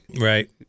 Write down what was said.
Right